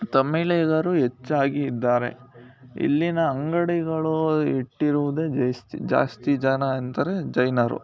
ತಮಿಳಿಗರು ಹೆಚ್ಚಾಗಿ ಇದ್ದಾರೆ ಇಲ್ಲಿನ ಅಂಗಡಿಗಳು ಇಟ್ಟಿರುವುದೇ ಜೈಸ್ ಜಾಸ್ತಿ ಜನ ಎಂದರೆ ಜೈನರು